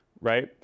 right –